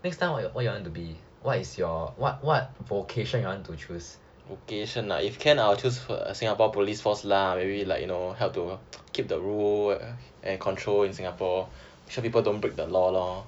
next time what you want to be what is your vocation you want to choose